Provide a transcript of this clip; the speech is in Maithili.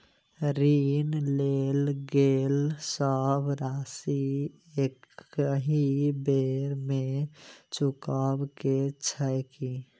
ऋण लेल गेल सब राशि एकहि बेर मे चुकाबऽ केँ छै की?